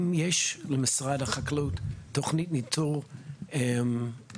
האם יש למשרד החקלאות תוכנית ניטור אקולוגית?